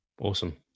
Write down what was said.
awesome